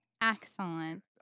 Excellent